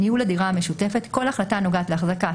"ניהול הדירה המשותפת" כל החלטה הנוגעת להחזקה,